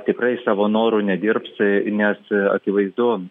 tikrai savo noru nedirbs nes akivaizdu